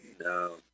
no